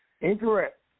Incorrect